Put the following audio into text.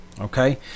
okay